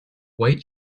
white